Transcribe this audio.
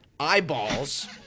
eyeballs